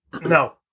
No